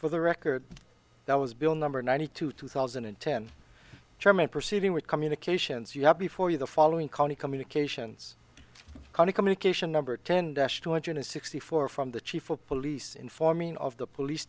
for the record that was bill number ninety two two thousand and ten chairman proceeding with communications you have before you the following county communications county communication number ten two hundred sixty four from the chief of police informing of the police